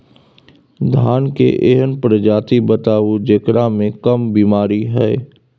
धान के एहन प्रजाति बताबू जेकरा मे कम बीमारी हैय?